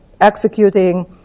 executing